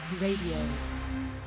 radio